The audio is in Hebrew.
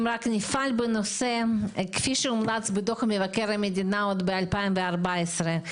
אם רק נפעל בנושא כפי שמומלץ בדו"ח מבקר המדינה עוד משנת 2014,